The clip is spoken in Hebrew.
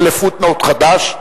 ול-footnote חדש,